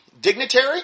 dignitary